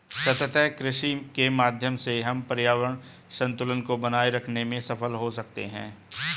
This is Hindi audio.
सतत कृषि के माध्यम से हम पर्यावरण संतुलन को बनाए रखते में सफल हो सकते हैं